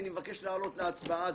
אני מבקש להעלות להצבעה,